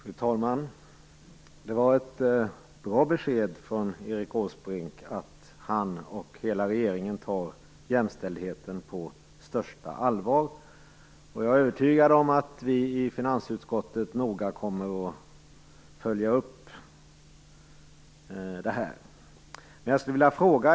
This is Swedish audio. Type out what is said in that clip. Fru talman! Det var ett bra besked från Erik Åsbrink att han och hela regeringen tar jämställdheten på största allvar. Jag är övertygad om att vi i finansutskottet noga kommer att följa upp detta.